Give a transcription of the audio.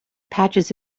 patches